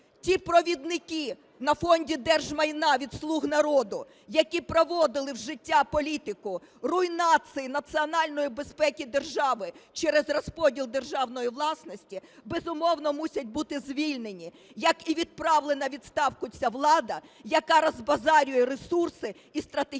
ті провідники на Фонді держмайна від "слуг народу", які проводили в життя політику руйнації національної безпеки держави через розподіл державної власності, безумовно, мусять бути звільнені, як і відправлена у відставку ця влада, яка розбазарює ресурси і стратегічну